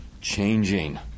changing